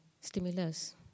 stimulus